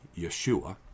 Yeshua